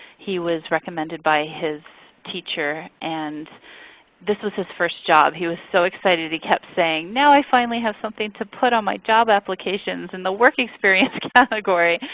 he was recommended by his teacher, and this was his first job. he was so excited he kept saying, now i finally have something to put on my job applications in the work experience category.